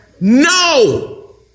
No